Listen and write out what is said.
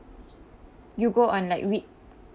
you on like wit~